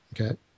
Okay